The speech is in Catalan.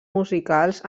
musicals